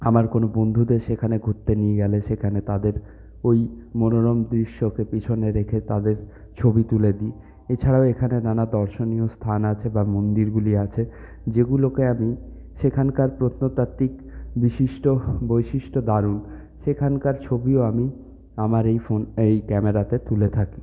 আমার কোনো বন্ধুদের সেখানে ঘুরতে নিয়ে গেলে সেখানে তাদের ওই মনোরম দৃশ্যকে পিছনে রেখে তাদের ছবি তুলে দিই এছাড়াও এখানে নানা দর্শনীয় স্থান আছে বা মন্দিরগুলি আছে যেগুলোকে আমি সেখানকার প্রত্নতাত্ত্বিক বিশিষ্ট বৈশিষ্ট্য দারুণ সেখানকার ছবিও আমি আমার এই ফোন এই ক্যামেরাতে তুলে থাকি